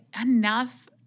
enough